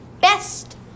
Best